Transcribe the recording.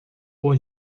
por